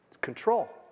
control